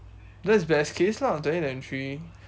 that's best case lah twenty twenty three